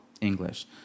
English